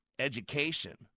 education